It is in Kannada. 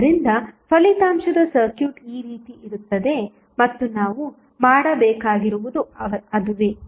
ಆದ್ದರಿಂದ ಫಲಿತಾಂಶದ ಸರ್ಕ್ಯೂಟ್ ಈ ರೀತಿ ಇರುತ್ತದೆ ಮತ್ತು ನಾವು ಮಾಡಬೇಕಾಗಿರುವುದು ಅದುವೇ